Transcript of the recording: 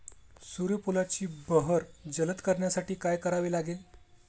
सूर्यफुलाची बहर जलद करण्यासाठी काय करावे लागेल?